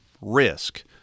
risk